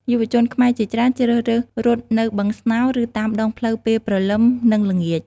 យុវជនខ្មែរជាច្រើនជ្រើសរើសរត់នៅបឹងស្នោរ ឬតាមដងផ្លូវពេលព្រលឹម និងល្ងាច។